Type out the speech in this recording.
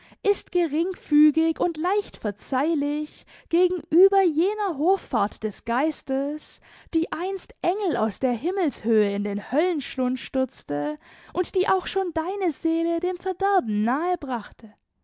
ist geringfügig und leicht verzeihlich gegenüber jener hoffahrt des geistes die einst engel aus der himmelshöhe in den höllenschlund stürzte und die auch schon deine seele dem verderben nahe brache